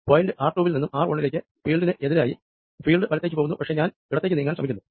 point R 2 വിൽ നിന്നും R 1 ലേക്ക് ഫീൽഡിന് എതിരായി ഫീൽഡ് വലത്തേക്ക് പോകുന്നു പക്ഷെ ഞാൻ ഇടത്തേക്ക് നീങ്ങാൻ ശ്രമിക്കുന്നു